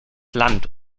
land